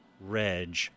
Reg